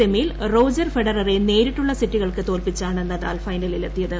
സെമിയിൽ റോജർ ഫെഡററെ നേരിട്ടുള്ള സെറ്റുകൾക്ക് തോല്പിച്ചാണ് നദാൽ ഫൈനലിലിലെത്തിയത്